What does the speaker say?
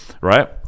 right